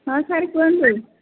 ହଁ ସାର୍ କୁହନ୍ତୁ